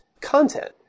content